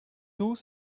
tout